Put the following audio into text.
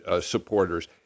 supporters